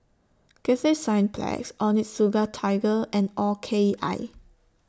Cathay Cineplex Onitsuka Tiger and O K I